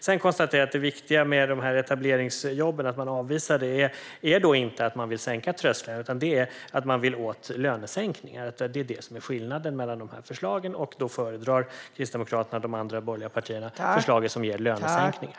Sedan konstaterar jag att det viktiga med etableringsjobben och att man avvisar dem inte är att man vill sänka trösklarna utan att man vill åt lönesänkningar. Det är det som är skillnaden mellan förslagen, och då föredrar Kristdemokraterna och de andra borgerliga partierna förslaget som ger lönesänkningar.